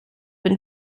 been